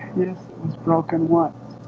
yes, it was broken once